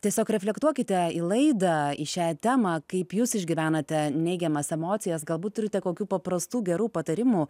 tiesiog reflektuokite į laidą į šią temą kaip jūs išgyvenate neigiamas emocijas galbūt turite kokių paprastų gerų patarimų